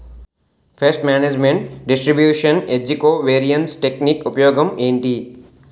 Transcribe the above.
paste management distribution ఏజ్జి covariance technique ఉపయోగం ఏంటి